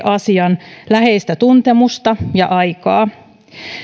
asian läheistä tuntemusta ja aikaa